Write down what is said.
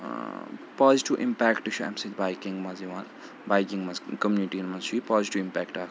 positive impact چھُ أمۍ سۭتۍ بایکِنٛگ مَنٛز یِوان بایکِنٛگ مَنٛز کوٚمنِٹیَن منٛز چھُ یہِ پازِٹِو اِمپیکٹ اَکھ